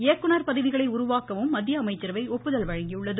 இயக்குநர் பதவிகளை உருவாக்கவும் மத்திய அமைச்சரவை ஒப்புதல் வழங்கியுள்ளது